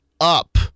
up